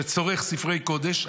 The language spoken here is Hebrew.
שצורך ספרי קודש,